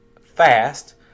fast